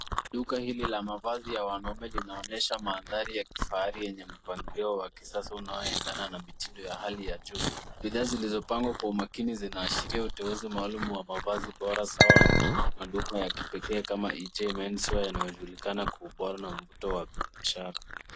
Duka hili la mavazi ya wanaume linaonyesha mandhari ya kifahari yenye mpangilio wa kisasa unaoendana na mitindo ya hali ya juu. Bidhaa zilizopangwa kwa umakini zinaashiria uteuzi maalum wa mavazi bora sawa na maduka ya kipekee kama EJ men's wear yanayojulikana kwa ubora na mvuto wa biashara.